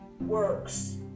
works